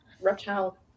reptile